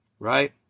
Right